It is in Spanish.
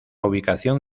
ubicación